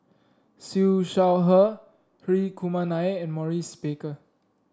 Siew Shaw Her Hri Kumar Nair and Maurice Baker